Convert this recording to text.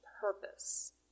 purpose